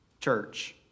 church